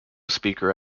speaker